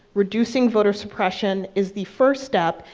reducing voter suppression, is the first step,